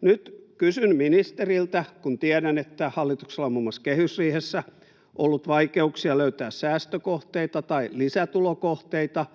Nyt kysyn ministeriltä, kun tiedän, että hallituksella on muun muassa kehysriihessä ollut vaikeuksia löytää säästökohteita tai lisätulokohteita: